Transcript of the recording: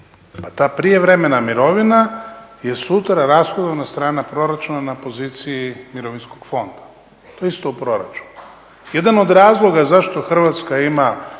Ta prijevremena mirovina je sutra rashodovna strana proračuna na poziciji mirovinskog fonda. To je isto u proračunu. Jedan od razloga zašto Hrvatska ima